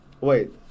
Wait